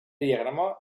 diagrama